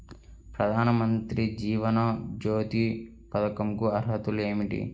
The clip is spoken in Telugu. ప్రధాన మంత్రి జీవన జ్యోతి పథకంకు అర్హతలు ఏమిటి?